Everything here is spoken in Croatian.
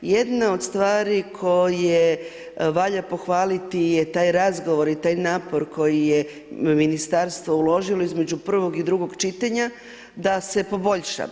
Jedna od stvari koje valja pohvaliti je taj razgovor i taj napor koji je ministarstvo uložilo između prvog i drugog čitanja da se poboljša.